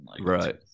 Right